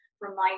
remind